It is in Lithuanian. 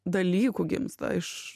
dalykų gimsta iš